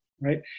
right